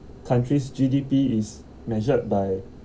countries G_D_P is measured by